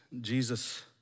Jesus